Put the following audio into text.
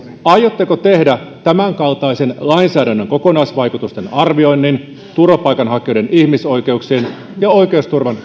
aiotteko tehdä tämänkaltaisen lainsäädännön kokonaisvaikutusten arvioinnin turvapaikanhakijoiden ihmisoikeuksien ja oikeusturvan